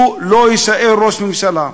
הוא לא יישאר ראש ממשלה.